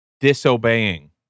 disobeying